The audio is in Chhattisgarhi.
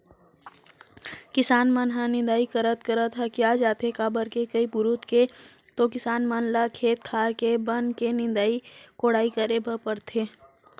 किसान मन ह निंदई करत करत हकिया जाथे काबर के कई पुरूत के तो किसान मन ल खेत खार के बन के निंदई कोड़ई करे बर परथे